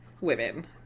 women